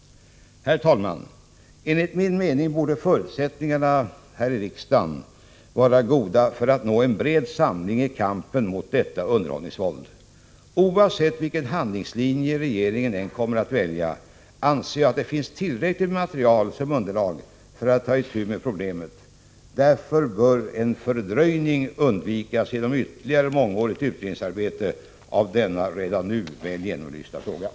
Herr talman! Enligt min mening borde förutsättningar finnas för en bred samling i kampen mot detta underhållningsvåld. Oavsett vilken handlingslin je regeringen kommer att välja anser jag att det finns tillräckligt med material som underlag för att ta itu med problemet. Därför bör man undvika att genom ytterligare mångårigt utredningsarbete fördröja den redan nu väl genomlysta frågan.